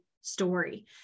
story